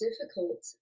difficult